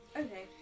Okay